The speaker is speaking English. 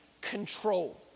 control